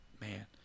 man